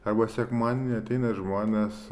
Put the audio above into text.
arba sekmadienį ateina žmonės